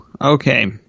okay